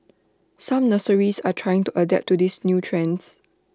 some nurseries are trying to adapt to these new trends